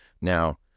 now